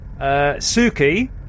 Suki